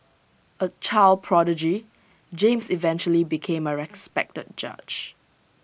A child prodigy James eventually became A respected judge